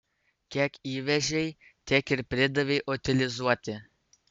kiek įvežei tiek ir pridavei utilizuoti